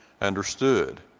understood